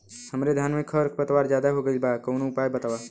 हमरे धान में खर पतवार ज्यादे हो गइल बा कवनो उपाय बतावा?